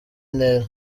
ntera